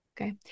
Okay